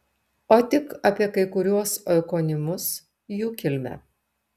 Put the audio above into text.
o tik apie kai kuriuos oikonimus jų kilmę